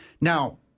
Now